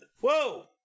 Whoa